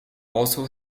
also